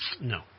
No